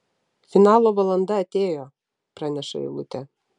finalo valanda atėjo praneša eilutė